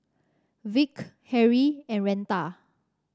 Vick Harrie and Retha